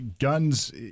guns